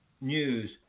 news